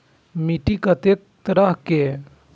मिट्टी कतेक तरह के?